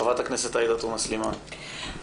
חברת הכנסת עאידה תומא סלימאן, בבקשה.